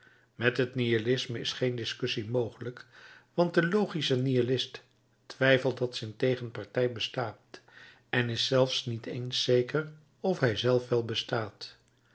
met het nihilisme is geen discussie mogelijk want de logische nihilist twijfelt dat zijn tegenpartij bestaat en is zelfs niet eens zeker of hij zelf wel bestaat